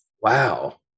Wow